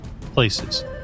places